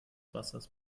wassers